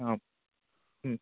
आम्